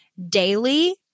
daily